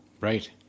Right